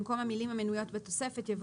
במקום המילים "המנויות בתוספת" יבוא